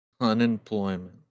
Unemployment